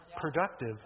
productive